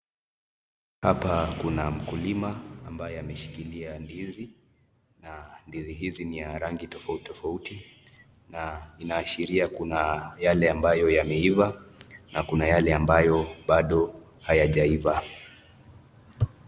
Hapa kuna mkulima ambaye ameshikilia ndizi, na ndizi hizi ni ya rangi tofauti tofauti na inaashiria kuna yale ambayo yameiva na kuna yale bado hayajaiva.